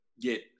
get